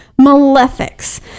malefics